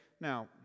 now